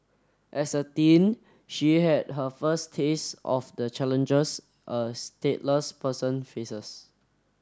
as a teen she had her first taste of the challenges a stateless person faces